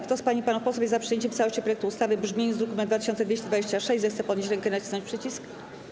Kto z pań i panów posłów jest za przyjęciem w całości projektu ustawy w brzmieniu z druku nr 2226, zechce podnieść rękę i nacisnąć przycisk.